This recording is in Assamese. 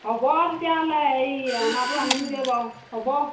হ'ব আৰু তেতিয়াহ'লে এই অনাটো আনিমগৈ বাৰু হ'ব